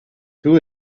two